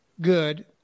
good